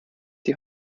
die